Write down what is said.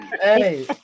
Hey